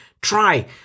try